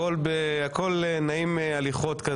הכול בנועם הליכות.